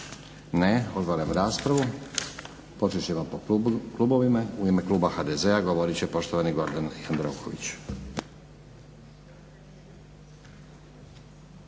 Ne. Otvaram raspravu. Počet ćemo po klubovima. U ime kluba HDZ-a govorit će poštovani Gordan Jandroković.